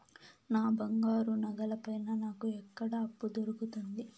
నా బంగారు నగల పైన నాకు ఎక్కడ అప్పు దొరుకుతుంది